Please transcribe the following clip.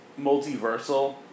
multiversal